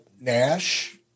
Nash